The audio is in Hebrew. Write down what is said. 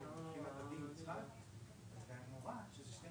יש גם את החלק הזה ויש גם